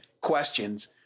questions